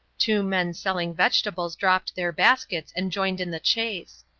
two men selling vegetables dropped their baskets and joined in the chase.